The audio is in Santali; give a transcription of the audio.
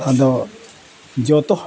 ᱟᱫᱚ ᱡᱚᱛᱚ